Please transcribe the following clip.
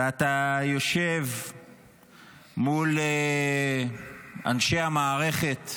ואתה יושב מול אנשי המערכת,